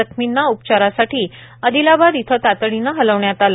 जखमींना उपचारासाठी आदिलाबाद इथं तातडीने हलविण्यात आले